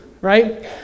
Right